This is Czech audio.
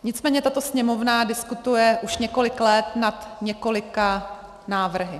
Nicméně tato Sněmovna diskutuje už několik let nad několika návrhy.